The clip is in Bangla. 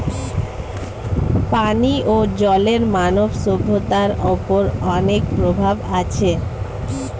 পানিও জলের মানব সভ্যতার ওপর অনেক প্রভাব আছে